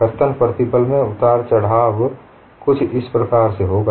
कर्तन प्रतिबल में उतार चढ़ाव कुछ इस प्रकार से होगा